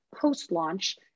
post-launch